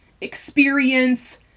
experience